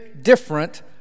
different